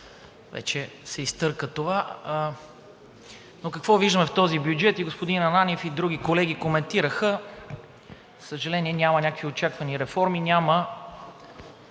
вече се изтърка това. Но какво виждаме в този бюджет, господин Ананиев? И други колеги коментираха, че, за съжаление, няма някакви очаквани реформи, няма